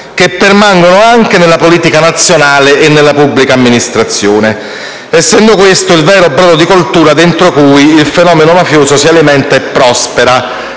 che permangono anche nella politica nazionale e nella pubblica amministrazione, essendo questo il vero brodo di coltura entro cui il fenomeno mafioso si alimenta e prospera,